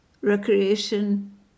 recreation